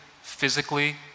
physically